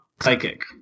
Psychic